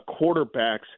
quarterbacks